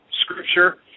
scripture